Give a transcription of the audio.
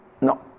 No